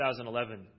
2011